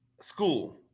school